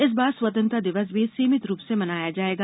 इस बार स्वतंत्रता दिवस भी सीमित रूप से मनाया जाएगा